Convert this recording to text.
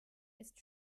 ist